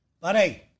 Buddy